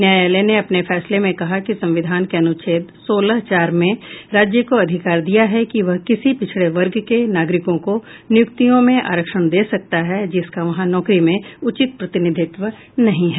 न्यायालय ने अपने फैसले में कहा कि संविधान के अनुच्छेद सोलह चार में राज्य को अधिकार दिया है कि वह किसी पिछड़े वर्ग के नागरिकों को नियुक्तियों में आरक्षण दे सकता है जिसका वहां नौकरी में उचित प्रतिनिधित्व नहीं है